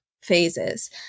phases